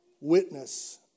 witness